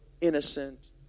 innocent